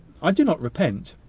i do not repent.